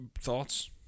thoughts